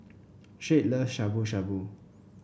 Shade loves Shabu Shabu